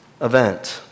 event